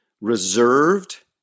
reserved